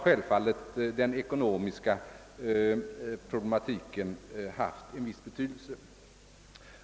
Självfallet har den ekonomiska problematiken haft en viss betydelse.